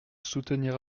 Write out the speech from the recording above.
soutenir